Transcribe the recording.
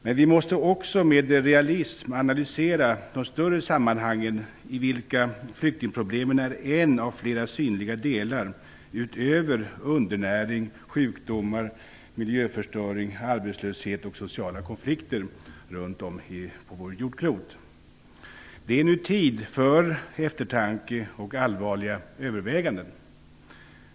Men vi måste också med realism analysera de större sammanhangen i vilka flyktingproblemen är en av flera synliga delar utöver undernäring, sjukdomar, miljöförstöring, arbetslöshet och sociala konflikter runt om på vårt jordklot. Det är nu tid för eftertanke och allvarliga överväganden.